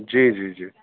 जी जी जी